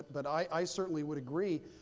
but i certainly would agree,